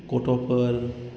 गथ'फोर